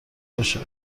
باشد